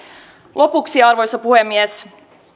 lopuksi arvoisa puhemies